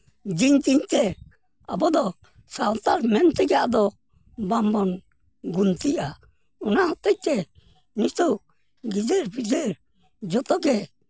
ᱫᱤᱱ ᱫᱤᱱ ᱛᱮ ᱟᱵᱚ ᱫᱚ ᱥᱟᱱᱛᱟᱲ ᱢᱮᱱ ᱛᱮᱜᱮ ᱟᱫᱚ ᱵᱟᱝᱵᱚᱱ ᱜᱩᱱᱛᱚᱜᱼᱟ ᱚᱱᱟ ᱦᱚᱛᱮᱡ ᱛᱮ ᱱᱤᱛᱚᱜ ᱜᱤᱫᱟᱹᱨ ᱯᱤᱫᱟᱹᱨ ᱡᱚᱛᱚᱜᱮ